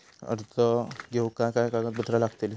कर्ज घेऊक काय काय कागदपत्र लागतली?